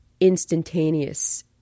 instantaneous